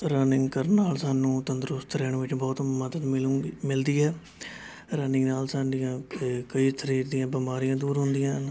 running ਕਰਨ ਨਾਲ਼ ਸਾਨੂੰ ਤੰਦਰੁਸਤ ਰਹਿਣ ਵਿੱਚ ਬਹੁਤ ਮਦਦ ਮਿਲੇਗੀ ਮਿਲਦੀ ਹੈ ਰਨਿੰਗ ਨਾਲ਼ ਸਾਡੀਆਂ ਕਈ ਸਰੀਰ ਦੀਆਂ ਬਿਮਾਰੀਆਂ ਦੂਰ ਹੁੰਦੀਆਂ ਹਨ